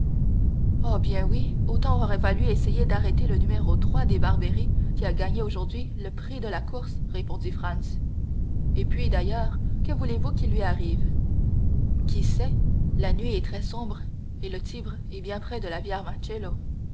oh bien oui autant aurait valu essayer d'arrêter le numéro trois des barberi qui a gagné aujourd'hui le prix de la course répondit franz et puis d'ailleurs que voulez-vous qu'il lui arrive qui sait la nuit est très sombre et le tibre est bien près de la